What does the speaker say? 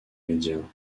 médias